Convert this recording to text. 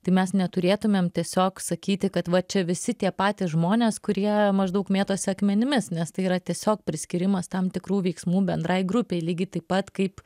tai mes neturėtumėm tiesiog sakyti kad va čia visi tie patys žmonės kurie maždaug mėtosi akmenimis nes tai yra tiesiog priskyrimas tam tikrų veiksmų bendrai grupei lygiai taip pat kaip